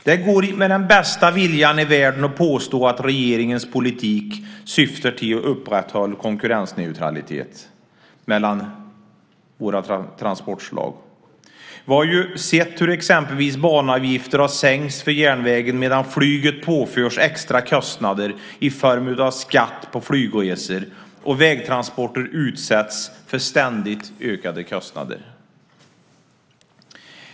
Det går inte med den bästa vilja i världen att påstå att regeringens politik syftar till att upprätthålla konkurrensneutralitet mellan våra transportslag. Vi har sett hur exempelvis banavgifter har sänkts för järnvägen, medan flyget påförts extra kostnader i form av skatt på flygresor, och vägtransporter utsätts för ständigt ökade kostnader.